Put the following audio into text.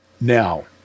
Now